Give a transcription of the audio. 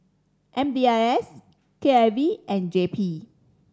M D I S K I V and J P